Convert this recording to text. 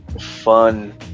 fun